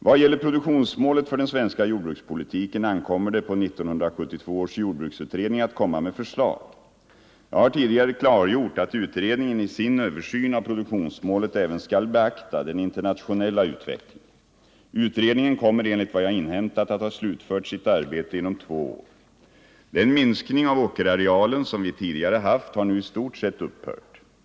Vad gäller produktionsmålet för den svenska jordbrukspolitiken ankommer det på 1972 års jordbruksutredning att komma med förslag. Jag har tidigare klargjort att utredningen i sin översyn av produktionsmålet även skall beakta den internationella utvecklingen. Utredningen kommer enligt vad jag inhämtat att ha slutfört sitt arbete inom två år. Den minskning av åkerarealen som vi tidigare haft har nu i stort sett upphört.